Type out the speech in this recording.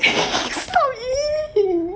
stop !ee!